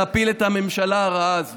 להפיל את הממשלה הרעה הזאת.